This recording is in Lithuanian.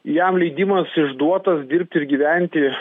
jam leidimas išduotas dirbti ir gyventi